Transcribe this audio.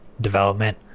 development